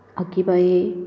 आगे बाये